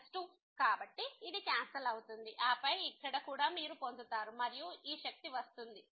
కాబట్టి ఇది క్యాన్సల్ అవుతుంది ఆపై ఇక్కడ కూడా మీరు పొందుతారు మరియు ఈ పవర్ వస్తుంది